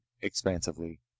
expansively